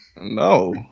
No